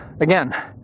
again